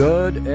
Good